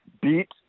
beat